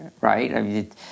right